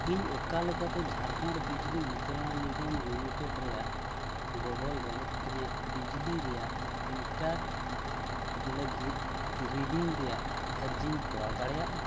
ᱤᱧ ᱚᱠᱟ ᱞᱮᱠᱟᱛᱮ ᱡᱷᱟᱲᱠᱷᱚᱸᱰ ᱵᱤᱡᱽᱞᱤ ᱵᱤᱛᱚᱨᱚᱱ ᱱᱤᱜᱚᱢ ᱞᱤᱢᱤᱴᱮᱰ ᱨᱮᱱᱟᱜ ᱜᱚᱵᱚᱞᱨᱮ ᱤᱧᱟᱹᱜ ᱵᱤᱡᱽᱞᱤ ᱨᱮᱱᱟᱜ ᱢᱤᱴᱟᱨ ᱞᱟᱹᱜᱤᱫ ᱨᱤᱰᱤᱝ ᱨᱮᱱᱟᱜ ᱟᱨᱡᱤᱧ ᱠᱚᱨᱟᱣ ᱫᱟᱲᱮᱭᱟᱜᱼᱟ